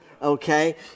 Okay